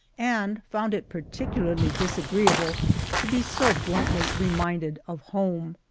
and found it particularly disagreeable to be so bluntly reminded of home.